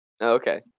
okay